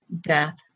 death